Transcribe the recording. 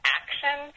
action